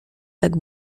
tak